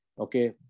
okay